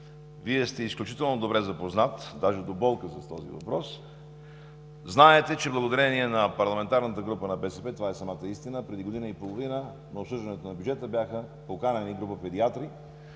Вие сте изключително добре запознат, даже до болка по този въпрос. Знаете, че благодарение на парламентарната група на БСП – това е самата истина, преди година и половина на обсъждането на бюджета бяха поканени група педиатри,